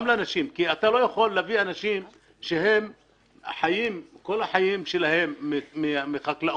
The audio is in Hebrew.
אתה לא יכול להביא אנשים שחיים כל חייהם מחקלאות